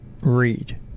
read